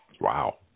Wow